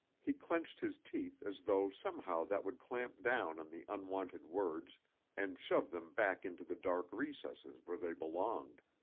he clenched his teeth as though somehow that would clamp down on the unwanted words and shove them back into the dark recesses where they belonged.